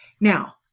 now